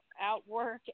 outwork